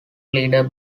leader